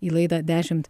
į laidą dešimt